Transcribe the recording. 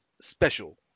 special